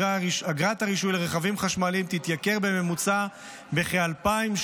אגרת הרישוי לרכבים חשמליים תתייקר בממוצע בכ-2,300